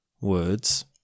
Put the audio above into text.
words